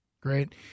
Great